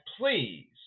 please